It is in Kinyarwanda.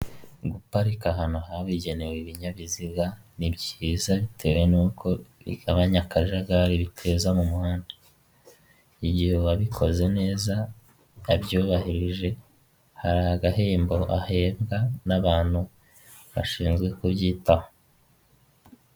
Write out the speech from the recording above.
Guparirika ahantu habigenewe ibinyabiziga ni byiza bitewe nuko bigabanya akajagari biteza mu muhanda, igihe uwabikoze neza abyubahirije hari agahembo ahembwa n'abantu bashinzwe kubyitaho.